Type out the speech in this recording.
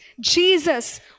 Jesus